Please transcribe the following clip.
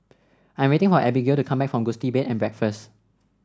I'm waiting for Abigale to come back from Gusti Bed and Breakfast